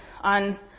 on